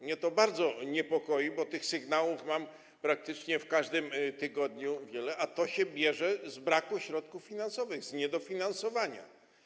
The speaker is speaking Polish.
Mnie to bardzo niepokoi, bo tych sygnałów mam praktycznie w każdym tygodniu wiele, a to się bierze z braku środków finansowych, z niedofinansowania.